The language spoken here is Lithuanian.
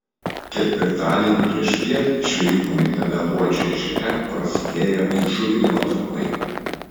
ketvirtadienį priešpiet žvejų pamėgtame luodžio ežere prasidėjo įžuvinimo darbai